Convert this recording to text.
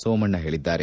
ಸೋಮಣ್ಣ ಹೇಳಿದ್ದಾರೆ